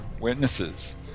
witnesses